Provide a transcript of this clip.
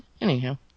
Anyhow